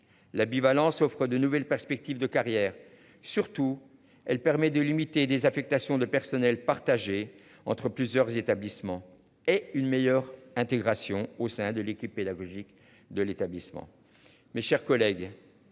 La bivalence offrent de nouvelles perspectives de carrière. Surtout, elle permet de limiter des affectations de personnels, partagés entre plusieurs établissements et une meilleure intégration au sein de l'équipe pédagogique de l'établissement. Mes chers collègues.